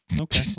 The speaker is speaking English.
Okay